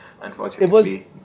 unfortunately